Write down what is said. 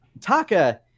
Taka